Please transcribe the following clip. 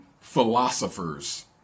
philosophers